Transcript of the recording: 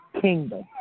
Kingdom